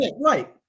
Right